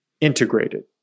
integrated